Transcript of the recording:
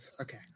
Okay